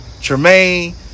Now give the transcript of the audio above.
Tremaine